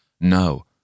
No